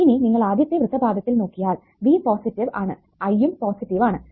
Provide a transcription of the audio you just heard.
ഇനി നിങ്ങൾ ആദ്യത്തെ വൃത്തപാദത്തിൽ നോക്കിയാൽ v പോസിറ്റീവ് ആണ് I യും പോസിറ്റീവ് ആണ്